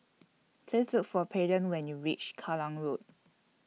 Please Look For Peyton when YOU REACH Kallang Road